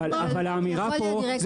אבל האמירה פה,